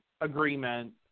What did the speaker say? agreement